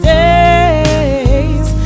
days